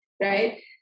Right